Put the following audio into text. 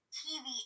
tv